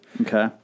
okay